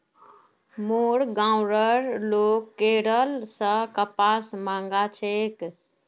मोर गांउर लोग केरल स कपास मंगा छेक